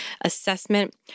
Assessment